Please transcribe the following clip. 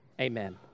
amen